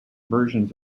versions